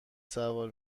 سوار